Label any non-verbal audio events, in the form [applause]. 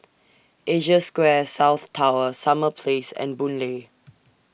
Asia Square South Tower Summer Place and Boon Lay [noise]